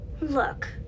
Look